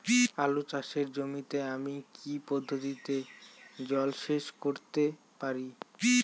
আলু চাষে জমিতে আমি কী পদ্ধতিতে জলসেচ করতে পারি?